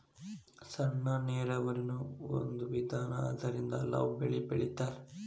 ಸಣ್ಣ ನೇರಾವರಿನು ಒಂದ ವಿಧಾನಾ ಅದರಿಂದ ಹಲವು ಬೆಳಿ ಬೆಳಿತಾರ